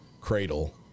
cradle